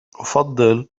أفضل